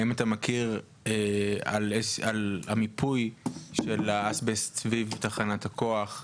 האם אתה מכיר את המיפוי של האסבסט סביב תחנת הכוח?